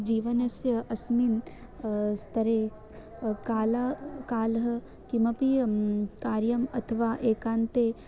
जीवनस्य अस्मिन् स्तरे कला कालः किमपि कार्यम् अथवा एकान्ते